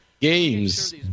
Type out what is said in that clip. games